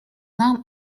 нам